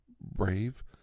brave